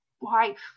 wife